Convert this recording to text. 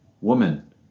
Woman